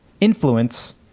influence